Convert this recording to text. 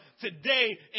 today